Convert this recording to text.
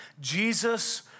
Jesus